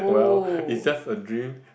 well it's just a dream